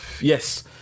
Yes